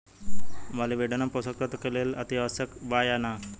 Molybdenum पोषक तत्व पौधा के लेल अतिआवश्यक बा या न?